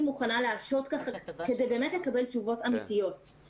מוכנה להשעות כדי באמת לקבל תשובות אמיתיות,